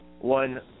one